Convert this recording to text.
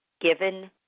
given